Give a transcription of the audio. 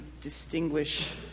distinguish